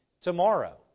tomorrow